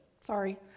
Sorry